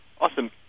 Awesome